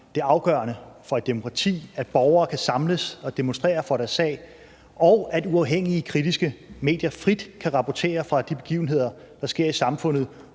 Det er afgørende for et demokrati, at borgere kan samles og demonstrere for deres sag, og at uafhængige kritiske medier frit kan rapportere fra de begivenheder, der sker i samfundet,